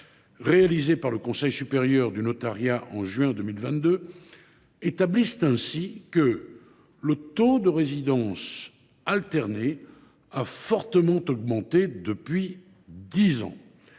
réalisée par le Conseil supérieur du notariat en juin 2022, établissent ainsi que le taux de résidence alternée a fortement augmenté depuis dix ans.